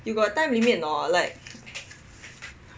you got time limit or not like